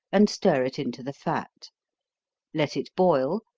and stir it into the fat let it boil,